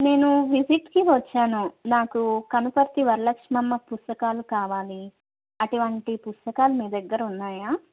నేను విజిట్కి వచ్చాను నాకు కనపర్తి వరలక్ష్మమ్మ పుస్తకాలు కావాలి అటువంటి పుస్తకాలు మీ దగ్గర ఉన్నాయా